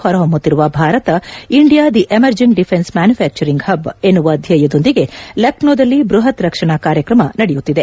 ಹೊರಹೊಮ್ಮುತ್ತಿರುವ Bharat India the emerging defence manufacturing hub ಎನ್ನುವ ಧ್ಯೇಯದೊಂದಿಗೆ ಲಕ್ನೋದಲ್ಲಿ ಬ್ಬಹತ್ ರಕ್ಷಣಾ ಕಾರ್ಯಕ್ರಮ ನಡೆಯುತ್ತಿದೆ